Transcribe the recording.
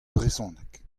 brezhoneg